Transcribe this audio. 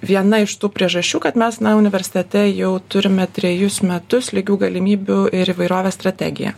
viena iš tų priežasčių kad mes na universitete jau turime trejus metus lygių galimybių ir įvairovės strategiją